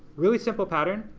really simple pattern,